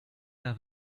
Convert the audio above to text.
her